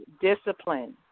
discipline